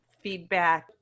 feedback